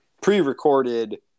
pre-recorded